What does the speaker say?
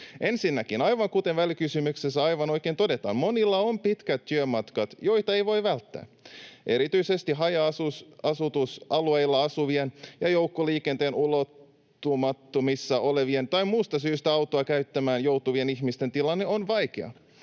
Ensinnäkin, aivan kuten välikysymyksessä aivan oikein todetaan, monilla on pitkät työmatkat, joita ei voi välttää. Erityisesti haja-asutusalueilla asuvien ja joukkoliikenteen ulottumattomissa olevien tai muusta syystä autoa käyttämään joutuvien ihmisten tilanne on vaikea.